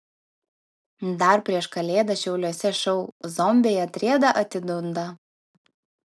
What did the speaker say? dar prieš kalėdas šiauliuose šou zombiai atrieda atidunda